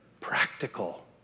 practical